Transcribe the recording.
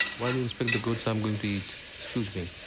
while you inspect the goods, i'm going to eat. excuse me.